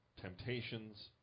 temptations